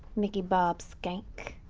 mickey bob skank.